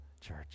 church